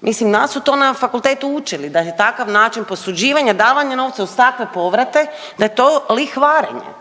Mislim nas su to na fakultetu učili da je takav način posuđivanja i davanja novca uz takve povrate da je to lihvarenje